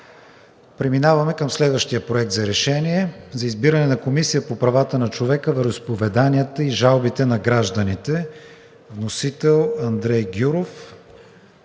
Преминаваме към следващия проект на решение за избиране на Комисия по правата на човека, вероизповеданията и жалбите на гражданите. Вносители са